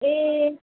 ए